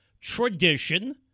tradition